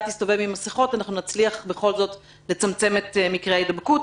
תסתובב עם מסכות אנחנו נצליח בכל זאת לצמצם את מקרי ההידבקות.